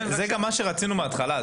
זה גם מה שרצינו בהתחלה.